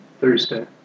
Thursday